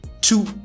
Two